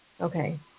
Okay